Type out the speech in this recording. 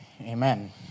Amen